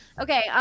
Okay